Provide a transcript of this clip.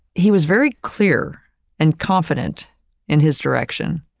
he was very clear and confident in his direction.